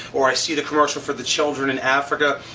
or i see the commercial for the children in africa.